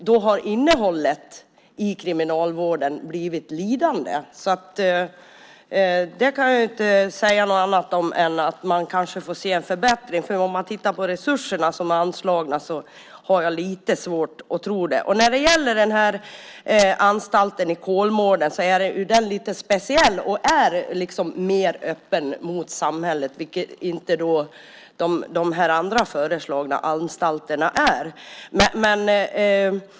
Då har innehållet i kriminalvården blivit lidande. Jag kan inte säga något annat om det än att man kanske får se en förbättring. Men om man tittar på de resurser som är anslagna har jag lite svårt att tro det. Anstalten i Kolmården är lite speciell. Den är mer öppen mot samhället, vilket inte de andra föreslagna anstalterna är.